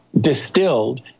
distilled